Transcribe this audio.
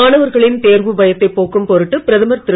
மாணவர்களின் தேர்வு பயத்தை போக்கும் பொருட்டு பிரதமர் திரு